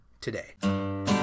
today